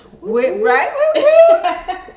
right